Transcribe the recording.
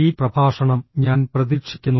ഈ പ്രഭാഷണം ഞാൻ പ്രതീക്ഷിക്കുന്നു